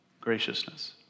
Graciousness